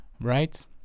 Right